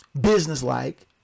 businesslike